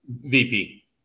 VP